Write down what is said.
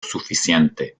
suficiente